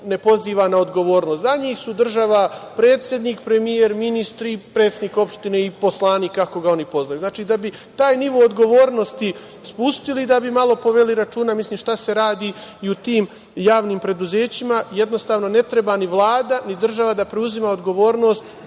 ne poziva na odgovornost. Za njih su država - predsednik, premijer, ministri, predsednik opštine i poslanik ako ga oni poznaju. Znači, da bi taj nivo odgovornosti spustili, da bi malo poveli računa šta se radi i u tim javnim preduzećima, jednostavno ne treba ni Vlada, ni država da preuzima odgovornost,